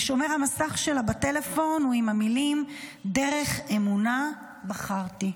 ושומר המסך שלה בטלפון הוא עם המילים: דרך אמונה בחרתי.